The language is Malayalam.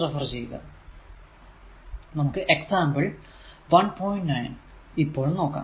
9 ഇപ്പോൾ നോക്കാം